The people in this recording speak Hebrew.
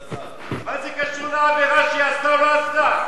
מה זה קשור לעבירה שהיא עשתה או לא עשתה?